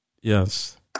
Yes